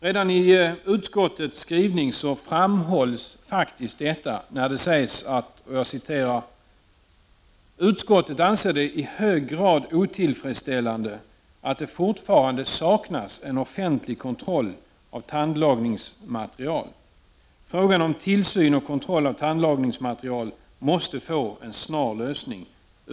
Redan i utskottets skrivning framhålls faktiskt detta, när följande sägs: ”Utskottet anser det i hög grad otillfredsställande att det fortfarande saknas en offentlig kontroll av tandlagningsmaterial. Frågan om tillsyn och kontroll av tandlagningsmaterial måste få en snar lösning.